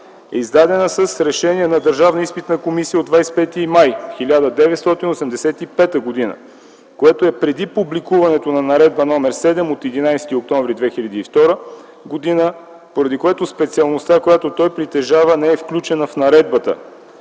е издадена с решение на Държавна изпитна комисия от 25 май 1985 г., което е преди публикуването на Наредба № 7 от 11 октомври 2002 г., поради което специалността, която той притежава, не е включена в наредбата,